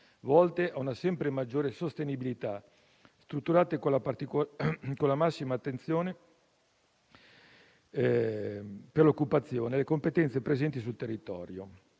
volte a una sempre maggiore sostenibilità, strutturate con la massima attenzione per l'occupazione e le competenze presenti sul territorio.